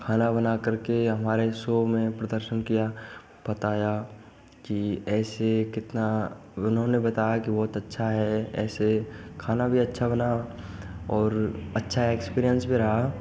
खाना बना करके हमारे शो में प्रदर्शन किया बताया कि ऐसे कितना उन्होंने बताया कि बहुत अच्छा है ऐसे खाना भी अच्छा बना और अच्छा एक्सपीरियंस भी रहा